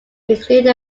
include